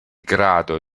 grado